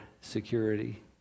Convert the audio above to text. security